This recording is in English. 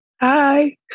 Hi